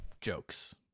jokes